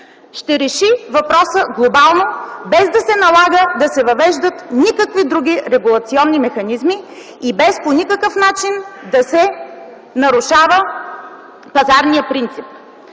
ще реши въпроса глобално, без да се налага да се въвеждат никакви други регулационни механизми и без по никакъв начин да се нарушава пазарният принцип.